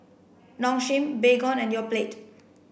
Nong Shim Baygon and Yoplait